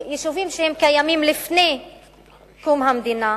יישובים שקיימים מלפני קום המדינה,